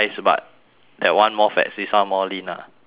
that one more fats this one more lean ah